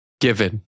given